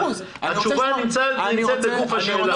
התשובה נמצאת בגוף השאלה.